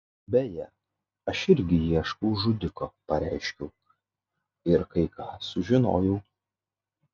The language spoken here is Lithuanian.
beje aš irgi ieškau žudiko pareiškiau ir kai ką sužinojau